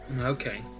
okay